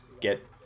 get